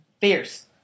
Fierce